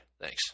Thanks